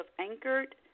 Anchored